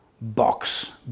box